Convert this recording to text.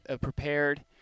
prepared